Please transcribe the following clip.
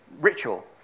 ritual